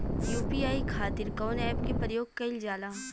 UPI खातीर कवन ऐपके प्रयोग कइलजाला?